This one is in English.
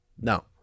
No